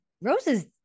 Rose's